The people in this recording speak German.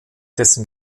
dessen